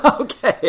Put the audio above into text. Okay